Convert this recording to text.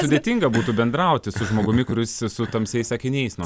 sudėtinga būtų bendrauti su žmogumi kuris su tamsiais akiniais nuo